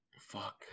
fuck